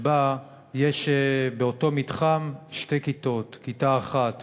שבה יש באותו מתחם שתי כיתות: כיתה אחת